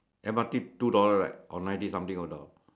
M_R_T two dollar right or ninety something over dollar